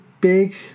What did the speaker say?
big